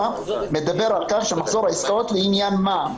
מדבר על כך שמחזור העסקאות לעניין מע"מ.